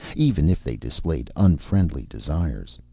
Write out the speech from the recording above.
even if they displayed unfriendly desires.